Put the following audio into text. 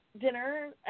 dinner